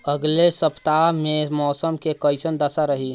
अलगे सपतआह में मौसम के कइसन दशा रही?